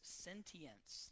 sentience